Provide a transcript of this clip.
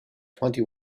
twenty